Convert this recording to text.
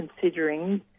considering